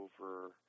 over